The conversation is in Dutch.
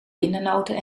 pindanoten